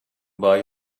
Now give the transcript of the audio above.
buy